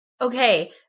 Okay